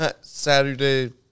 Saturday